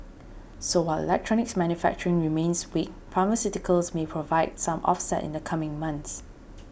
so while electronics manufacturing remains weak pharmaceuticals may provide some offset in the coming months